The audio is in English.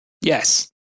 Yes